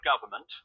government